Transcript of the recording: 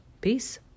Peace